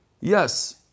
Yes